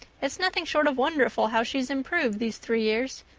it's nothing short of wonderful how she's improved these three years,